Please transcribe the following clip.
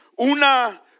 una